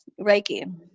Reiki